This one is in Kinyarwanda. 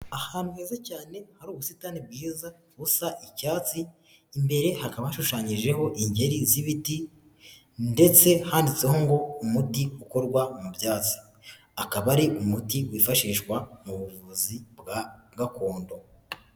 Ahantu heza cyane hari ubusitani bwiza busa icyatsi, imbere hakaba hashushanyijeho inkeri z'ibiti ndetse handitseho ngo "umuti ukorwa mu byatsi", akaba ari umuti wifashishwa mu buvuzi bwa gakondo.